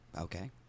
Okay